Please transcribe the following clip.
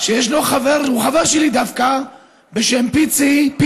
יש חבר, הוא חבר שלי דווקא, בשם פיצ'י,